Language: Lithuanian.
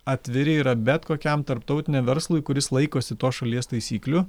atviri yra bet kokiam tarptautiniam verslui kuris laikosi tos šalies taisyklių